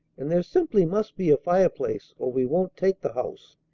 and there simply must be a fireplace, or we won't take the house.